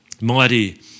mighty